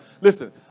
Listen